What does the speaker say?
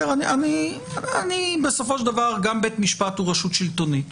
גם בית משפט הוא רשות שלטונית